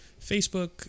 Facebook